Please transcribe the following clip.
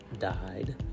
Died